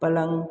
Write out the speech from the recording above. पलंग